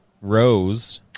Rose